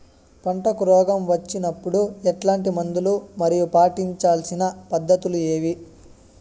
పంటకు రోగం వచ్చినప్పుడు ఎట్లాంటి మందులు మరియు పాటించాల్సిన పద్ధతులు ఏవి?